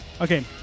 Okay